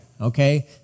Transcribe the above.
Okay